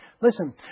Listen